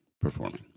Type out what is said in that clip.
performing